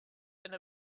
and